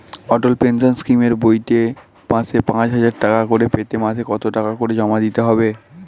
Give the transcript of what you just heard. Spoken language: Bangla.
অটল পেনশন স্কিমের বইতে মাসে পাঁচ হাজার টাকা করে পেতে মাসে কত টাকা করে জমা দিতে হবে?